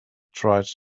tried